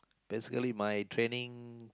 basically my training